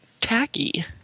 tacky